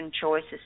choices